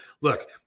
Look